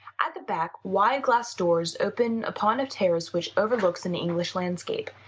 at the back, wide glass doors open upon a terrace which overlooks an english landscape.